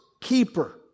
keeper